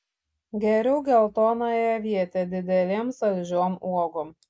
geriau geltonąją avietę didelėm saldžiom uogom